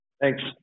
Thanks